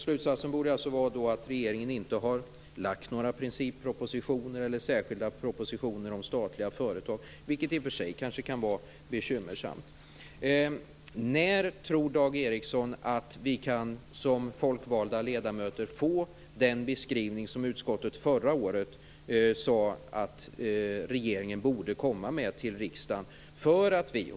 Slutsatsen borde alltså vara att regeringen inte har lagt fram några princippropositioner eller särskilda propositioner om statliga företag, vilket i och för sig kanske kan vara bekymmersamt. När tror Dag Ericson att vi som folkvalda ledamöter kan få den beskrivning som utskottet förra året sade att regeringen borde komma med till riksdagen?